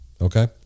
Okay